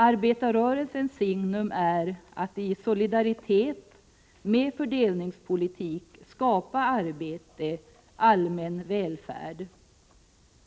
Arbetarrörelsens signum är att i solidaritet — med fördelningspolitik — skapa arbete, allmän välfärd.